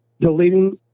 Deleting